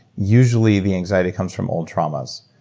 usually, the anxiety comes from old traumas.